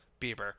Bieber